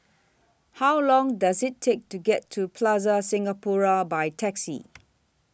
How Long Does IT Take to get to Plaza Singapura By Taxi